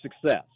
success